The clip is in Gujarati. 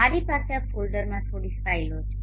મારી પાસે આ ફોલ્ડરમાં થોડી ફાઇલો છે